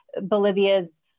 bolivia's